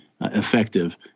effective